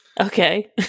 Okay